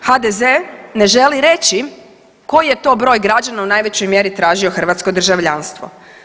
HDZ ne želi reći koji je to broj građana u najvećoj mjeri tražio hrvatsko državljanstvo.